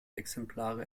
exemplare